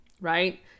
right